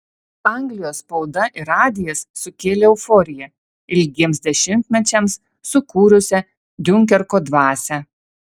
anglijos spauda ir radijas sukėlė euforiją ilgiems dešimtmečiams sukūrusią diunkerko dvasią